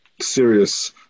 serious